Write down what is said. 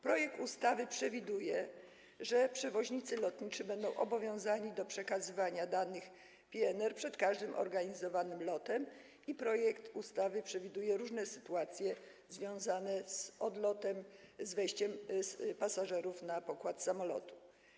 Projekt ustawy przewiduje, że przewoźnicy lotniczy będą obowiązani do przekazywania danych PNR przed każdym organizowanym lotem, jak również przewiduje różne sytuacje związane z odlotem, z wejściem pasażerów na pokład samolotu.